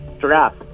Giraffe